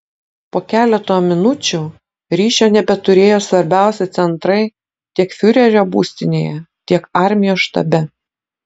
po keleto minučių ryšio nebeturėjo svarbiausi centrai tiek fiurerio būstinėje tiek armijos štabe